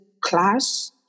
class